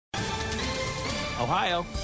Ohio